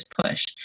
push